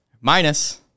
Minus